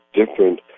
different